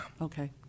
Okay